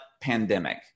pandemic